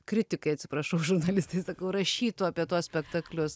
kritikai atsiprašau žurnalistai sakau rašytų apie tuos spektaklius